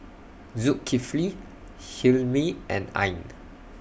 Zulkifli Hilmi and Ain